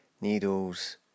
needles